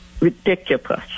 ridiculous